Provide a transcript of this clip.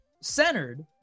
centered